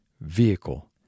vehicle